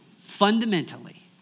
fundamentally